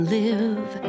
live